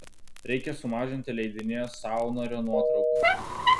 reikia sumažinti leidinyje saunorio nuotraukų